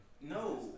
No